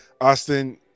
Austin